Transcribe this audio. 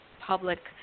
public